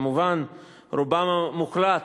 מובן שרובן המוחלט,